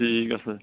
ঠিক আছে